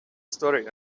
story